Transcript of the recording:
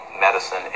medicine